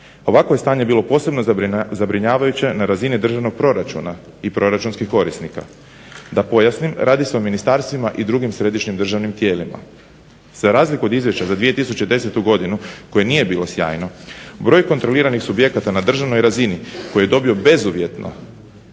Ovakvo je stanje bilo posebno zabrinjavajuće na razini državnog proračuna i proračunskih korisnika. Da pojasnim, radi se o ministarstvima i drugim središnjim državnim tijelima. Za razliku od Izvješća za 2010. godinu koje nije bilo sjajno broj kontroliranih subjekata na državnoj razini koji je dobio bezuvjetno,